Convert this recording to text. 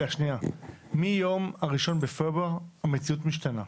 מה-1 בפברואר המציאות משתנה.